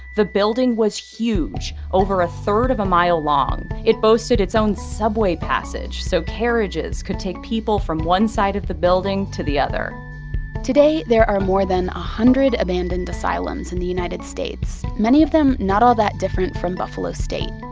the building was huge, over a third of a mile long. it boasted its own subway passage so carriages could take people from one side of the building to the other today there are more than a hundred abandoned asylums in the united states, many of them not all that different from buffalo state.